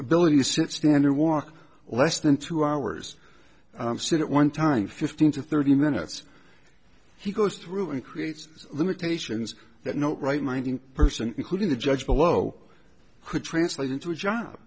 ability to sit standard walk less than two hours sit one time fifteen to thirty minutes he goes through and creates limitations that note right minded person including the judge below could translate into a job